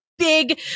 big